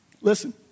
Listen